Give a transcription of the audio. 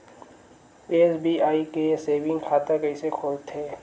SBI के saving खाता कइसे खोलथे?